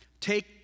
Take